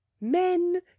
men